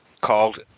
called